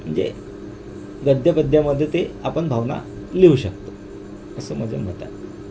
म्हणजे गद्य पद्यामध्ये ते आपण भावना लिहू शकतो असं माझं मत आहे